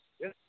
Yes